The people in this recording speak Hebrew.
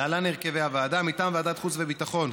להלן הרכב הוועדה: מטעם ועדת החוץ והביטחון,